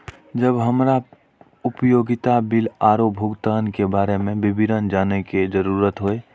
जब हमरा उपयोगिता बिल आरो भुगतान के बारे में विवरण जानय के जरुरत होय?